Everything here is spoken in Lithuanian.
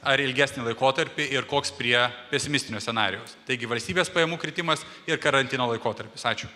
ar ilgesnį laikotarpį ir koks prie pesimistinio scenarijaus taigi valstybės pajamų kritimas ir karantino laikotarpis ačiū